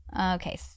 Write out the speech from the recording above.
okay